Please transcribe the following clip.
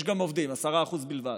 יש גם עובדים, 10% בלבד,